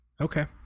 Okay